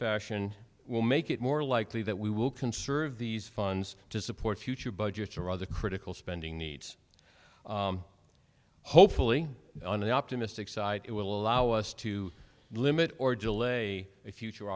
fashion will make it more likely that we will conserve these funds to support future budgets or other critical spending needs hopefully on the optimistic side it will allow us to limit or delay a future